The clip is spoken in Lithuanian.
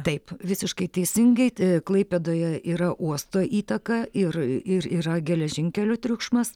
taip visiškai teisingai klaipėdoje yra uosto įtaka ir ir yra geležinkelių triukšmas